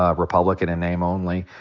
ah republican in name only.